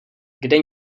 kde